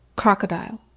crocodile